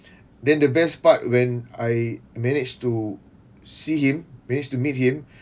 then the best part when I managed to see him manage to meet him